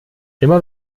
immer